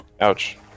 Ouch